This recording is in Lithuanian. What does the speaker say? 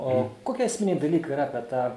o kokie esminiai dalykai yra apie tą